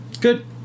Good